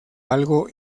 algo